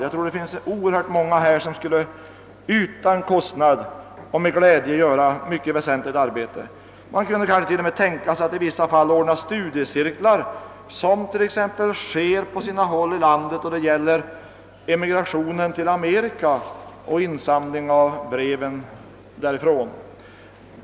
Jag tror att det finns oerhört många människor som utan kostnad och med glädje skulle lägga ned mycket väsentligt arbete på detta område. Studiecirklar kanske kunde ordnas. Sådana sysslar nu på sina håll i landet med emigrationen till Amerika och insamling av brev därifrån.